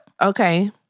Okay